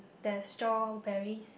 there's strawberries